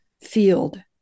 field